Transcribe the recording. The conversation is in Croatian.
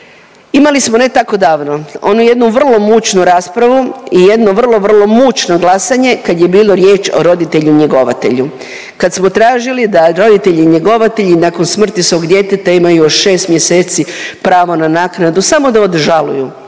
imali smo ne tako davno onu vrlo mučnu raspravu i jedno vrlo, vrlo mučno glasanje kad je bilo riječ o roditelju njegovatelju kad smo tražili da roditelji njegovatelji nakon smrti svog djeteta imaju još 6 mjeseci pravo na naknadu samo da odžaluju,